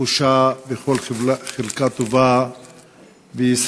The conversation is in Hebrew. הפושה בכל חלקה טובה בישראל,